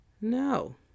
No